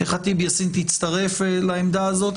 ח'טיב יאסין תצטרף לעמדה הזאת,